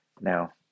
now